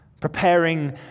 preparing